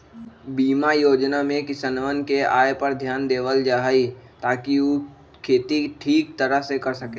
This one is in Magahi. बीमा योजना में किसनवन के आय पर ध्यान देवल जाहई ताकि ऊ खेती ठीक तरह से कर सके